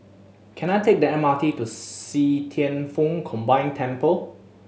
can I take the M R T to See Thian Foh Combined Temple